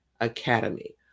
Academy